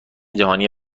جهانی